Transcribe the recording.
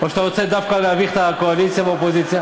או שאתה רוצה דווקא להביך את הקואליציה והאופוזיציה.